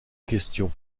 question